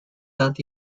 that